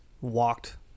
walked